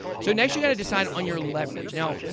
so, next, you've got to decide on your leverage. now,